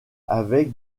avec